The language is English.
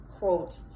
quote